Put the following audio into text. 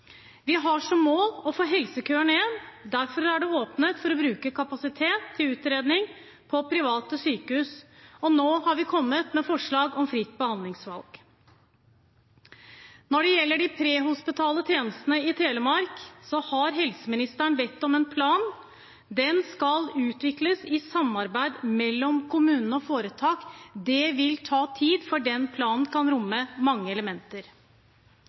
Vi har som mål å få helsekøer ned – derfor er det åpnet for å bruke kapasitet til utredning på private sykehus. Og vi har kommet med forslag om fritt behandlingsvalg. Når det gjelder de prehospitale tjenestene i Telemark, har helseministeren bedt om en plan. Den skal utvikles i samarbeid mellom kommunene og foretak. Det vil ta tid, for den planen kan romme mange elementer.